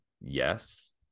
yes